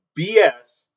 BS